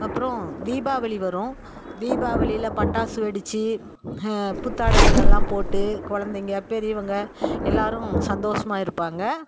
அப்புறோம் தீபாவளி வரும் தீபாவளியில் பட்டாசு வெடித்து புத்தாடைகள் எல்லாம் போட்டு குழந்தைங்க பெரியவங்க எல்லோரும் சந்தோசமாக இருப்பாங்க